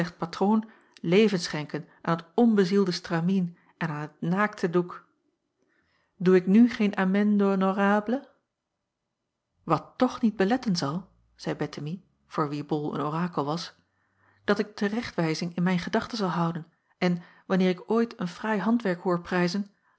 patroon leven schenken aan het onbezielde stramien en aan het naakte doek doe ik nu geen amende honorable wat toch niet beletten zal zeî bettemie voor wien bol een orakel was dat ik de te recht wijzing in mijn gedachten zal houden en wanneer ik ooit een fraai handwerk hoor prijzen